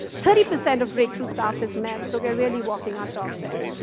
thirty percent of breakthrough's staff is men. so we are really walking our talk there.